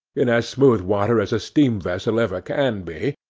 in as smooth water as a steam-vessel ever can be,